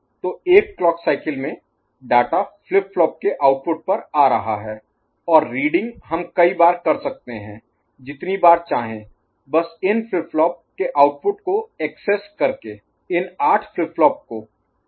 तो एक clock cycle में डाटा फ्लिप फ्लॉप के आउटपुट पर आ रहा है और रीडिंग हम कई बार कर सकते है जितनी बार चाहें बस इन फ्लिप फ्लॉप के आउटपुट को एक्सेस करके इन आठ फ्लिप फ्लॉप को